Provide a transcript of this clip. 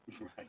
Right